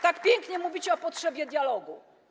Tak pięknie mówicie o potrzebie dialogu.